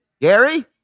Gary